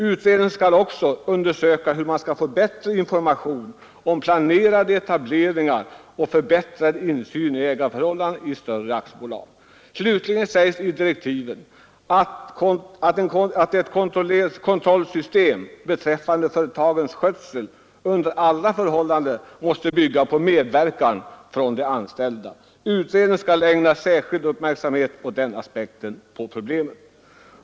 Utredningen skall också undersöka hur man skall få tre information om planerade etableringar och förbättrad insyn i ägarförhållandena i större aktiebolag. Slutligen sägs i direktiven att ett kontrollsystem beträffande företagens skötsel under alla förhållanden måste bygga på medverkan från de anställda. Utredningen skall ägna särskild uppmärksamhet åt den aspekten på problemet.